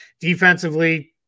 Defensively